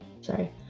sorry